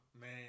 man